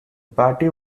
party